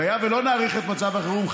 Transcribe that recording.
והיה ולא נאריך את מצב החירום,